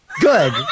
Good